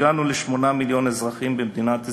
הגענו ל-8 מיליון אזרחים במדינת ישראל,